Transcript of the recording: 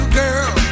girl